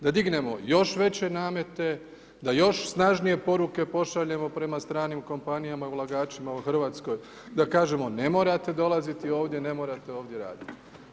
Da dignemo još veće namete, da još snažnije poruke pošaljemo prema stranim kompanijama i ulagačima u RH, da kažemo ne morate dolaziti ovdje, ne morate ovdje radite.